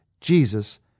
Jesus